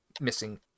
missing